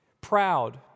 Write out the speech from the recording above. Proud